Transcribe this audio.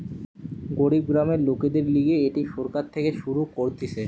গরিব গ্রামের লোকদের লিগে এটি সরকার থেকে শুরু করতিছে